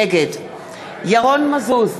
נגד ירון מזוז,